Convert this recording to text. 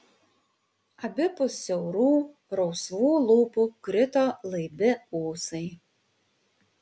abipus siaurų rausvų lūpų krito laibi ūsai